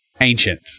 ancient